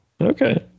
Okay